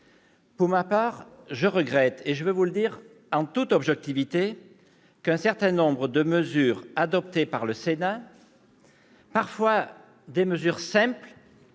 Pour ma part, je regrette- je le dis en toute objectivité -qu'un certain nombre de mesures adoptées par le Sénat, parfois simples